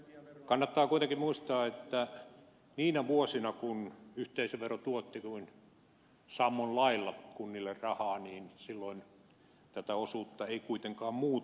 kannattaa kuitenkin muistaa että niinä vuosina kun yhteisövero tuotti sammon lailla kunnille rahaa tätä osuutta ei kuitenkaan muutettu